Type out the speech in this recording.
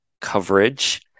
coverage